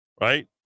right